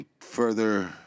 further